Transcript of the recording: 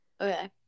okay